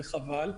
וחבל.